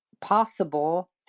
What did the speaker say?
possible